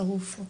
השרוף?